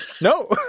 no